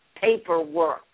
paperwork